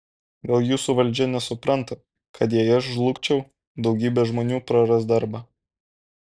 gal jūsų valdžia nesupranta kad jei aš žlugčiau daugybė žmonių praras darbą